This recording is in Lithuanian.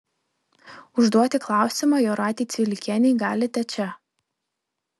užduoti klausimą jūratei cvilikienei galite čia